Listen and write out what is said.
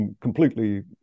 completely